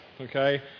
Okay